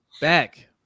back